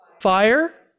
fire